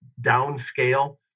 downscale